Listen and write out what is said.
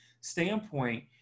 standpoint